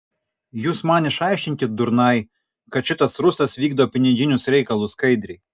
jūs man išaiškinkit durnai kad šitas rusas vykdo piniginius reikalus skaidriai